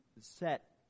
set